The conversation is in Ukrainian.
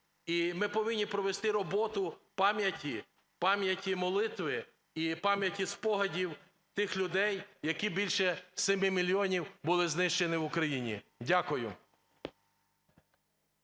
І ми повинні провести роботу пам'яті, пам'яті молитви і пам'яті спогадів тих людей, які більше 7 мільйонів були знищені в Україні. Дякую.